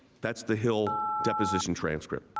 that's the hill the position transcript.